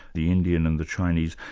the indian and the chinese?